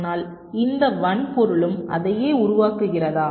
ஆனால் இந்த வன்பொருளும் அதையே உருவாக்குகிறதா